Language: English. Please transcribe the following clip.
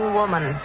woman